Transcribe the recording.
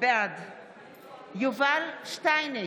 בעד יובל שטייניץ,